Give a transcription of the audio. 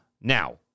now